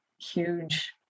huge